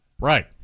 right